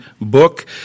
book